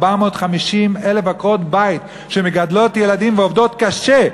450,000 עקרות-בית שמגדלות ילדים ועובדות קשה,